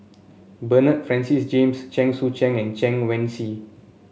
Bernard Francis James Chen Sucheng and Chen Wen Hsi